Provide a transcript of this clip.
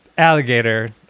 Alligator